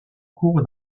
cours